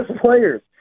players